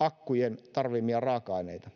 akkujen tarvitsemia raaka aineita